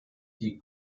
die